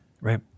Right